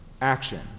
action